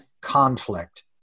conflict